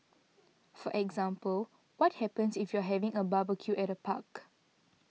for example what happens if you're having a barbecue at a park